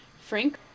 Frank